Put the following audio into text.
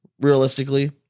realistically